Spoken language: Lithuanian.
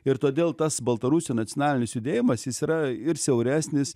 ir todėl tas baltarusių nacionalinis judėjimas jis yra ir siauresnis